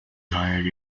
hired